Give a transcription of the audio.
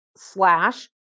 slash